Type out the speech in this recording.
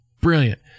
Brilliant